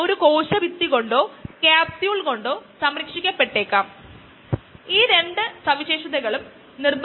അതിനാൽ ln of x mut zero plus c നു തുല്യം ആണ്